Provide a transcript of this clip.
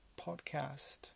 podcast